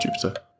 Jupiter